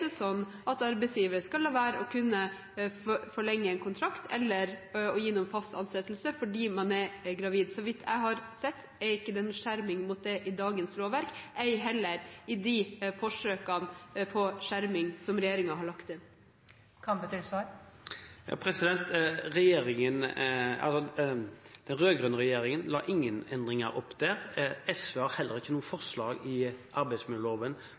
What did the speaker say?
det sånn at arbeidsgivere skal kunne la være å forlenge en kontrakt eller gi noen fast ansettelse fordi man er gravid? Så vidt jeg har sett, er det ikke noen skjerming mot det i dagens lovverk, ei heller i de forsøkene på skjerming som regjeringen har lagt inn. Den rød-grønne regjeringen la ikke opp til noen endringer der. SV har heller ikke noe forslag i forbindelse med arbeidsmiljøloven